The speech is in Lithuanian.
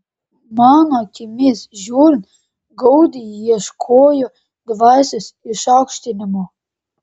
mano akimis žiūrint gaudi ieškojo dvasios išaukštinimo